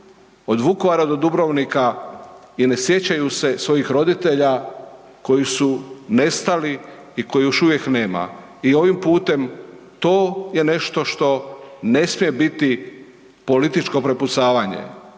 od Vukovara i Dubrovnika i ne sjećaju se svojih roditelja koji su nestali i kojih još uvijek nema. I ovim putem to je nešto što ne smije biti političko prepucavanje